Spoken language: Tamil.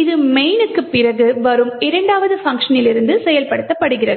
இது main னுக்கு பிறகு வரும் இரண்டாவது பங்க்ஷனிலிருந்து வந்து செயல்படுத்தப்படுகிறது